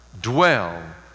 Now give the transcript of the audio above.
dwell